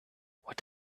what